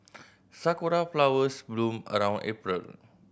sakura flowers bloom around April